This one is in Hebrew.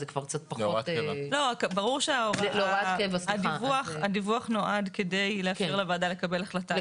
אז זה כבר קצת פחות --- הדיווח נועד כדי לאפשר לוועדה לקבל החלטה.